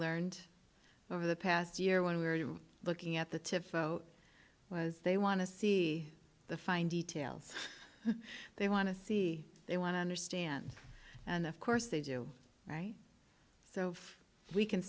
learned over the past year when we were you looking at the tip was they want to see the fine details they want to see they want to understand and of course they do right so we can